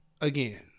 Again